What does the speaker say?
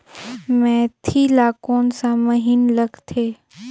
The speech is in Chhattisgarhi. मेंथी ला कोन सा महीन लगथे?